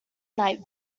night